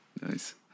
Nice